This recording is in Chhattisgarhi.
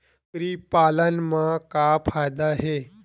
कुकरी पालन म का फ़ायदा हे?